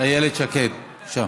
איילת שקד, בבקשה.